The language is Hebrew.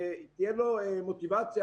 תהיה לו מוטיבציה,